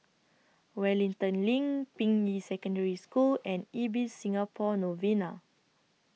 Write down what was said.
Wellington LINK Ping Yi Secondary School and Ibis Singapore Novena